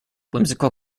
whimsical